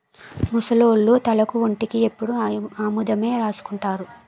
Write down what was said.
ముసలోళ్లు తలకు ఒంటికి ఎప్పుడు ఆముదమే రాసుకుంటారు